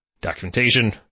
Documentation